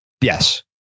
Yes